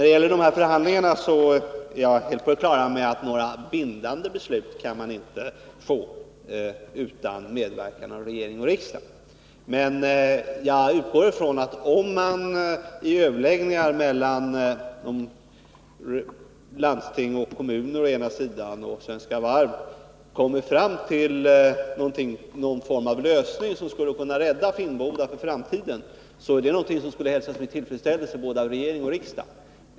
Beträffande de här förhandlingarna vill jag säga att jag är helt på det klara med att man inte kan få några bindande beslut utan regeringens och riksdagens medverkan. Jag utgår emellertid ifrån, att om man vid överläggningar mellan landsting och kommuner å ena sidan och Svenska Varv å andra sidan, kommer fram till någon form av lösning som skulle kunna rädda Finnboda för framtiden är detta någonting som skulle hälsas med tillfredsställelse av både regering och riksdag.